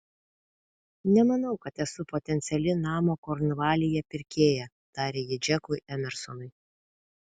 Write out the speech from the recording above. nemanau kad esu potenciali namo kornvalyje pirkėja tarė ji džekui emersonui